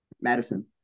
Madison